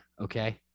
Okay